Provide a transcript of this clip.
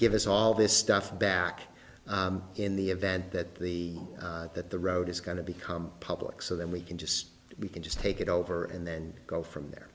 give us all this stuff back in the event that the that the road is going to become public so then we can just we can just take it over and then go from there